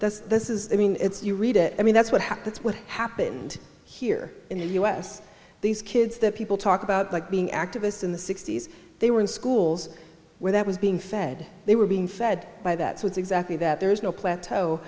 happen this is i mean it's you read it i mean that's what it's what happened here in the u s these kids that people talk about like being activists in the sixty's they were in schools where that was being fed they were being fed by that so it's exactly that there's no plateau